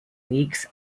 weeks